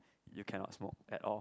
you cannot smoke at all